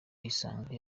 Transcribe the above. isonga